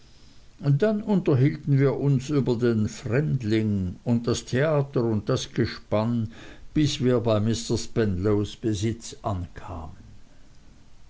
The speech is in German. dann unterhielten wir uns über den fremdling und das theater und das gespann bis wir bei mr spenlows besitz ankamen